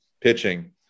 pitching